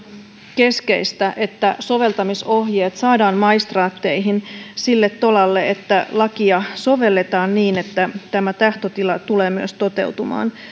keskeistä että soveltamisohjeet saadaan maistraatteihin sille tolalle että lakia sovelletaan niin että tämä tahtotila tulee myös toteutumaan